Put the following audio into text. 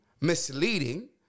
misleading